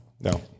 no